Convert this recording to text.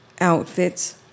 outfits